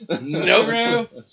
Nope